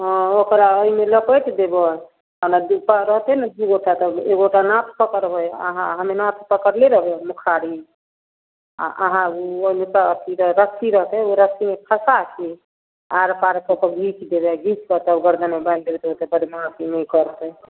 हँ ओकरा अइमे लपेट देबै आओर बुता रहति ने दू गोटा तब एक गोटा नाथ पकड़बै आहाँ हम्मे नाथ पकड़ले रहबै मुखारी आओर आहाँ ओइमे सँ अथी रस्सी रहितै ओ रस्सी खसाके आरपारके कऽ घीच देबै घीचके तब गरदनमे बान्हि देबै तऽ ओइसँ बदमासी नहि करतै